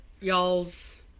y'all's